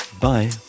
Bye